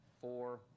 four